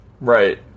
right